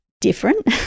different